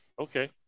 Okay